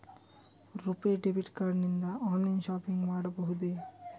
RuPay debit card ನಿಂದ online shopping ಮಾಡಬಹುದೇ?